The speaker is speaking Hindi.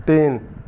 तीन